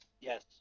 Yes